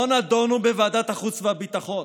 לא נדונו בוועדת החוץ והביטחון.